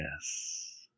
Yes